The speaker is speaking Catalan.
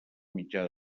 mitjà